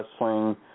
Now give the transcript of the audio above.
wrestling